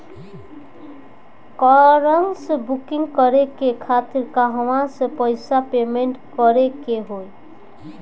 Gas booking करे के खातिर कहवा से पैसा पेमेंट करे के होई?